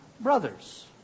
brothers